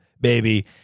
baby